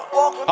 Walk